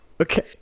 Okay